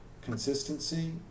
consistency